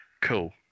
cool